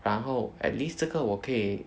然后 at least 这个我可以